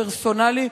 פרסונלי,